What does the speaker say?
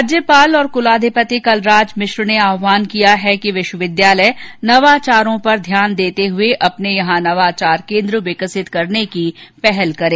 राज्यपाल और कुलाधिपति कलराज मिश्र ने आहवान किया है कि विश्वविद्यालय नवाचारों पर ध्यान देते हुए अपने यहां नवाचार केन्द्र विकसित करने की पहल करें